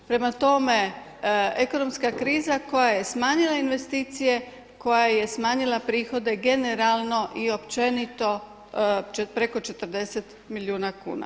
Prema tome, ekonomska kriza koja je smanjila investicije, koja je smanjila prihode generalno i općenito preko 40 milijuna kuna.